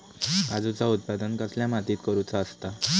काजूचा उत्त्पन कसल्या मातीत करुचा असता?